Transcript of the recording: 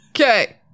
Okay